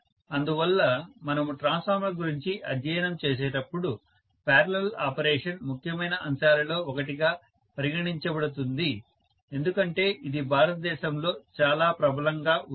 అందువల్ల మనము ట్రాన్స్ఫార్మర్ గురించి అధ్యయనం చేసేటప్పుడు పారలల్ ఆపరేషన్ ముఖ్యమైన అంశాలలో ఒకటిగా పరిగణించబడుతుంది ఎందుకంటే ఇది భారతదేశంలో చాలా ప్రబలంగా ఉంది